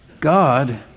God